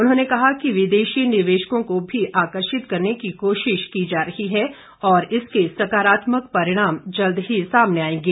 उन्होंने कहा कि विदेशी निवेशकों को भी आकर्षित करने की कोशिश की जा रही है और इसके सकारात्मक परिणाम जल्द ही सामने आएंगे